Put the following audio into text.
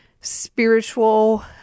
spiritual